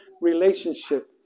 relationship